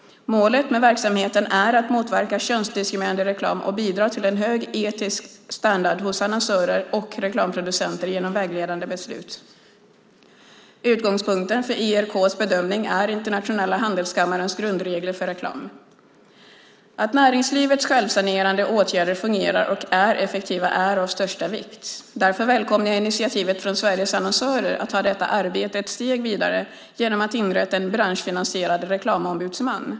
Målet med verksamheten är att motverka könsdiskriminerande reklam och bidra till en hög etisk standard hos annonsörer och reklamproducenter genom vägledande beslut. Utgångspunkten för ERK:s bedömning är Internationella Handelskammarens grundregler för reklam. Att näringslivets självsanerande åtgärder fungerar och är effektiva är av största vikt. Därför välkomnar jag initiativet från Sveriges Annonsörer att ta detta arbete ett steg vidare genom att inrätta en branschfinansierad reklamombudsman.